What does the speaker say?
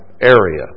area